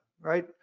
right